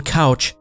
couch